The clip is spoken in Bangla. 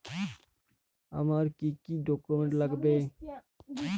আমার কি কি ডকুমেন্ট লাগবে?